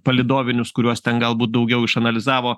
palydovinius kuriuos ten galbūt daugiau išanalizavo